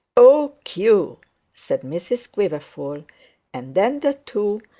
oh, q said mrs quiverful and then the two,